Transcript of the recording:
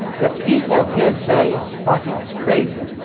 the people of his day thought he was crazy.